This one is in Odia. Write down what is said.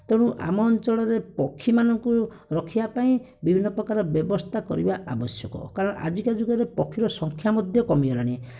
ତେଣୁ ଆମ ଅଞ୍ଚଳରେ ପକ୍ଷୀମାନଙ୍କୁ ରଖିବା ପାଇଁ ବିଭିନ୍ନ ପ୍ରକାର ବ୍ୟବସ୍ଥା କରିବା ଆବଶ୍ୟକ କାରଣ ଆଜିକାଲି ଜୁଗରେ ପକ୍ଷୀର ସଂଖ୍ୟା ମଧ୍ୟ କମିଗଲାଣି